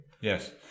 Yes